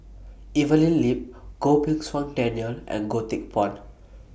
Evelyn Lip Goh Pei Siong Daniel and Goh Teck Phuan